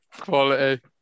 quality